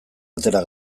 atera